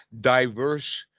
diverse